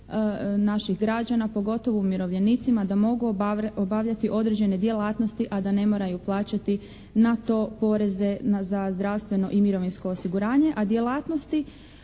naših građana pogotovo umirovljenicima da mogu obavljati određene djelatnosti a da ne moraju plaćati na to poreze za zdravstveno i mirovinsko osiguranje,